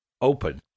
open